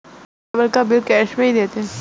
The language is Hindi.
हम केबल का बिल कैश में ही देते हैं